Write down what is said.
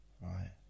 right